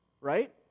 right